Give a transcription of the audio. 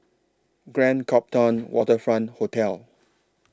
Grand Copthorne Waterfront Hotel